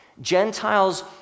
Gentiles